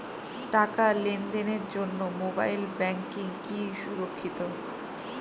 টাকা লেনদেনের জন্য মোবাইল ব্যাঙ্কিং কি সুরক্ষিত?